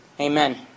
Amen